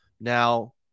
now